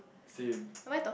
same